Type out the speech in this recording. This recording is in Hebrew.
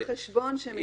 כמו שבשבוע שעבר הביאו לי,